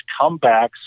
comebacks